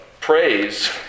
praise